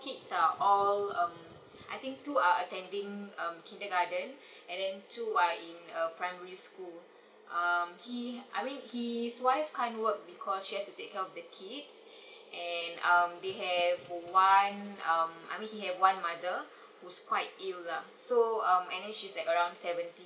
four kids are all um I think two are attending um kindergarten and then two are in uh primary school um he I mean his wife can't work because she has to take care of the kids and um they have one um I mean he have one mother whose quite it ill lah so um and then she's like around seventy